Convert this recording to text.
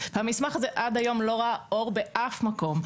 המסמך הזה עד היום לא ראה אור באף מקום,